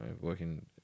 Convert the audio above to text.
working